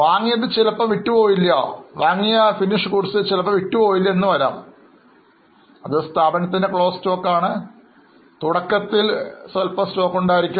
വാങ്ങിയതിൽ ചിലപ്പോൾ വിറ്റു പോയില്ല എന്നു വരാം Stock in trade ൽ അത് സ്ഥാപനത്തിൻറെ closing stock ആയി അവശേഷിക്കുന്നു തുടക്കത്തിൽ കുറച്ച് സ്റ്റോക്ക് ഉണ്ടായിരിക്കാം